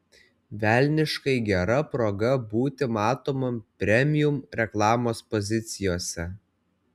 velniškai gera proga būti matomam premium reklamos pozicijose